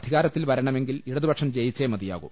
അധികാരത്തിൽ വരണമെങ്കിൽ ഇടതുപക്ഷം ജയിച്ചേ മതിയാകൂ